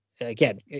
again